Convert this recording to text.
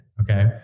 okay